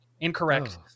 Incorrect